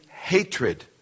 hatred